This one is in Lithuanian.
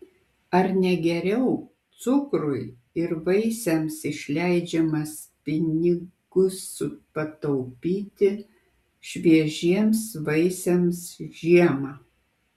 ar ne geriau cukrui ir vaisiams išleidžiamas pinigus pataupyti šviežiems vaisiams žiemą